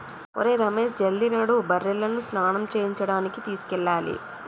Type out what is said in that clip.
ఒరేయ్ రమేష్ జల్ది నడు బర్రెలను స్నానం చేయించడానికి తీసుకెళ్లాలి